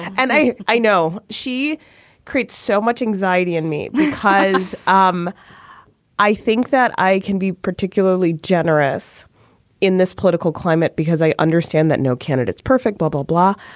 and i i know she creates so much anxiety in me because um i think that i can be particularly generous in this political climate because i understand that no candidate's perfect bubble blah.